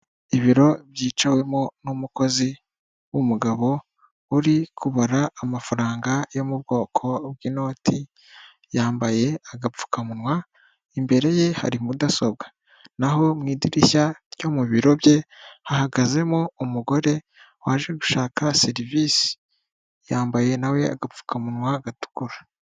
Ibiro byicawemo n'umukozi w'umugabo uri kubara amafaranga yo mu bwoko bw'inoti, yambaye agapfukamunwa, imbere ye hari mudasobwa. Naho mu idirishya ryo mu biro bye hahagazemo umugore waje gushaka serivisi, yambaye nawe agapfukamunwa gatukura.